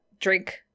drink